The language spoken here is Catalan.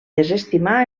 desestimar